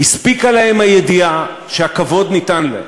הספיקה להם הידיעה שהכבוד ניתן להם,